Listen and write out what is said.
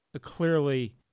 clearly